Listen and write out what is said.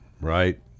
Right